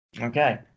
Okay